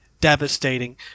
devastating